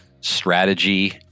strategy